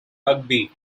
rugby